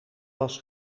was